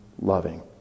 loving